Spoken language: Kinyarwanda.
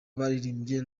baririmbye